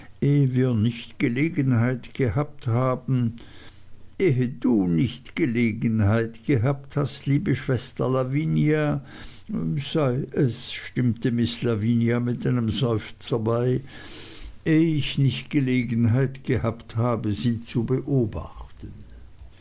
nicht gelegenheit gehabt haben ehe du nicht gelegenheit gehabt hast liebe schwester lavinia sei es stimmte miß lavinia mit einem seufzer bei ehe ich nicht gelegenheit gehabt habe sie zu beobachten